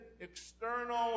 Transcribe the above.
external